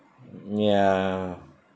ya